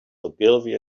ogilvy